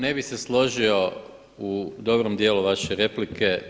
Ne bih se složio u dobrom dijelu vaše replike.